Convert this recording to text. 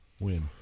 Win